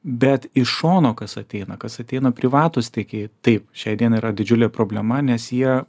bet iš šono kas ateina kas ateina privatūs taigi taip šiai dienai yra didžiulė problema nes jie